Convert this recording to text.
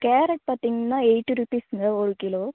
carrot பாத்தீங்கன்னா eighty ரூபீஸ்ங்க ஒரு கிலோ